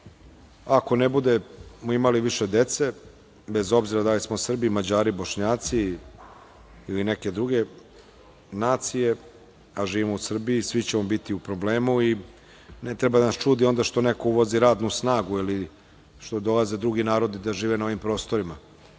ne budemo imali više dece, bez obzira da li smo Srbi, Mađari, Bošnjaci ili neke druge nacije, a živimo u Srbiji, svi ćemo biti u problemu. Ne treba da nas čudi onda što neko uvozi radnu snagu ili što dolaze drugi narodi da žive na ovim prostorima. To